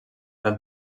del